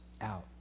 out